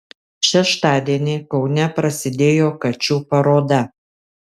šeštadienį kaune prasidėjo kačių paroda